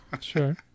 Sure